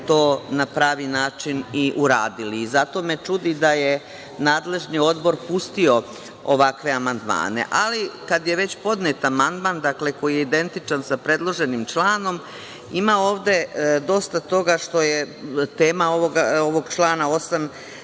to na pravi način i uradili. Zato me čudi da je nadležni odbor pustio ovakve amandmane, ali kad je već podnet amandman, dakle koji je identičan sa predloženim članom, ima ovde dosta toga što je tema ovog člana 8.